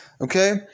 Okay